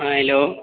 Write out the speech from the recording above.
हँ हेलो